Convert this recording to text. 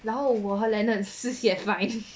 然后我和 leonard 是选 flight